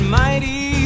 mighty